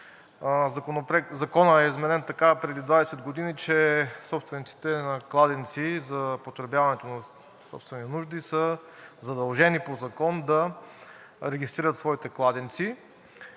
Законът е изменен така преди 20 години, че собствениците на кладенци за потребяването за собствени нужди са задължени по Закон да регистрират своите кладенци.